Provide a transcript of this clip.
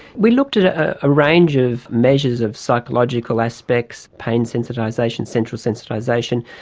we looked at at a range of measures of psychological aspects, pain sensitisation, central sensitisation,